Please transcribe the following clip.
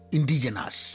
Indigenous